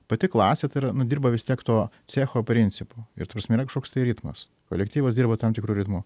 pati klasė tai yra nu dirba vis tiek to cecho principu ir ta prasme yra kažkoks tai ritmas kolektyvas dirba tam tikru ritmu